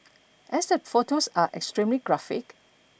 as the photos are extremely graphic